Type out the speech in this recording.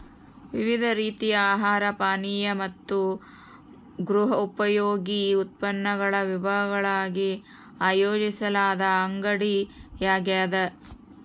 ವಿವಿಧ ರೀತಿಯ ಆಹಾರ ಪಾನೀಯ ಮತ್ತು ಗೃಹೋಪಯೋಗಿ ಉತ್ಪನ್ನಗಳ ವಿಭಾಗಗಳಾಗಿ ಆಯೋಜಿಸಲಾದ ಅಂಗಡಿಯಾಗ್ಯದ